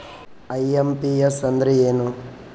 IMPS ಅಂದ್ರ ಏನು?